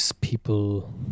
people